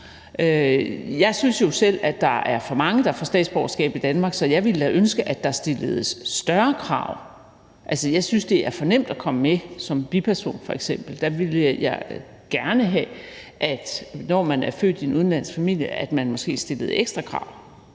Jeg synes jo selv, at der er for mange, der får statsborgerskab i Danmark, så jeg ville da ønske, at der stilledes større krav. Altså, jeg synes, det er for nemt at komme med som biperson f.eks.; der ville jeg gerne have, at når folk er født i en udenlandsk familie, stillede man måske ekstra krav,